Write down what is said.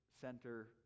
Center